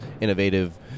innovative